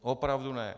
Opravdu ne.